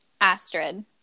Astrid